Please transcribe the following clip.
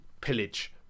pillage